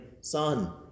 Son